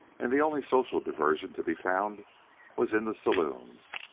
and the only social diversion to be found was in the saloons.